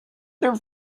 their